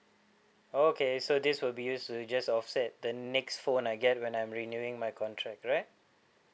okay so this will be used to just offset the next phone I get when I'm renewing my contract right